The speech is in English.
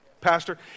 pastor